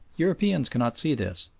europeans cannot see this,